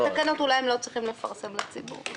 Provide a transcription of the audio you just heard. תקנות אולי הם לא צריכים לפרסם לציבור.